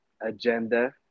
agenda